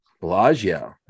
bellagio